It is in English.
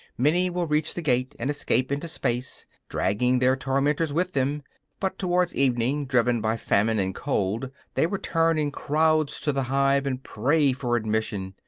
many will reach the gate, and escape into space, dragging their tormentors with them but, towards evening, driven by famine and cold, they return in crowds to the hive and pray for admission.